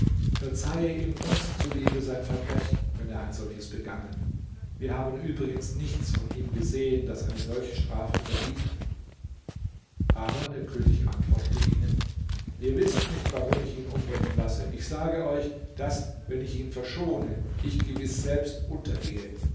verzeihe ihm uns zuliebe sein verbrechen wenn er ein solches begangen wir haben übrigens nichts von ihm gesehen das eine solche strafe verdiente aber der könig antwortete ihnen ihr wißt nicht warum ich ihn umbringen lasse ich sage euch daß wenn ich ihn verschone ich gewiß selbst untergehe